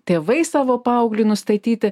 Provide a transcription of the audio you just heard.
tėvai savo paaugliui nustatyti